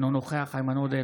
אינו נוכח איימן עודה,